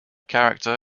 character